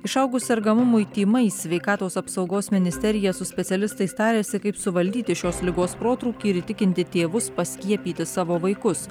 išaugus sergamumui tymais sveikatos apsaugos ministerija su specialistais tarėsi kaip suvaldyti šios ligos protrūkį ir įtikinti tėvus paskiepyti savo vaikus